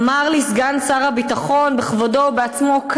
אמר לי סגן שר הביטחון בכבודו ובעצמו,